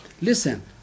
listen